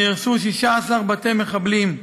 נהרסו 16 בתי מחבלים,